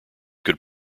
could